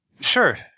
Sure